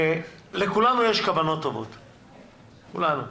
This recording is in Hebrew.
לכולנו יש כוונות טובות, לכולנו.